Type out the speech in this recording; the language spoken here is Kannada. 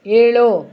ಏಳು